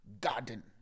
garden